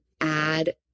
add